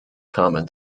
common